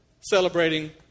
celebrating